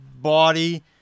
body